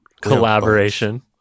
collaboration